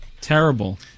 Terrible